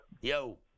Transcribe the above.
Yo